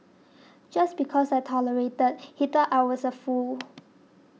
just because I tolerated he thought I was a fool